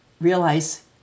realize